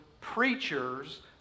preachers